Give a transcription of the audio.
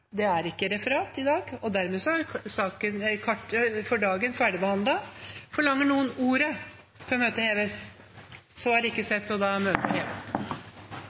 Dermed er dagens kart ferdigbehandlet. Forlanger noen ordet før møtet heves? – Møtet er hevet.